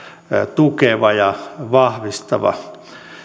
tukeva ja vahvistava